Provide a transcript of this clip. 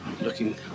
looking